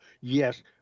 Yes